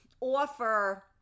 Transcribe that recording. offer